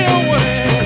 away